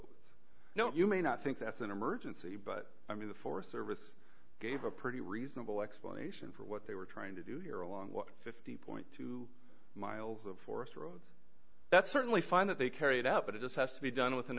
no you may not think that's an emergency but i mean the forest service gave a pretty reasonable explanation for what they were trying to do here along with fifty point two miles of forest road that's certainly find that they carried out but it is has to be done with an